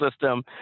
System